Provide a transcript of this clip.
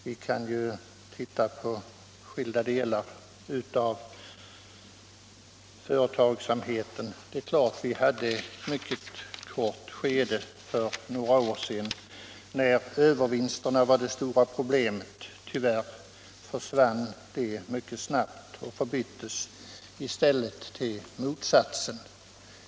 Vi kan se på skilda delar av företagsamheten. Under ett mycket kort skede för några år sedan var övervinsterna det stora problemet. Tyvärr försvann de mycket snabbt och förbyttes i stället i motsatsen.